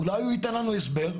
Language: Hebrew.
אולי הוא ייתן לנו הסבר?